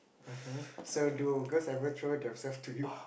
[um hm] so do girls ever throw themselves to you